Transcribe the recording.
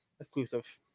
exclusive